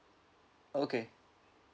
okay